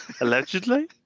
Allegedly